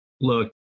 look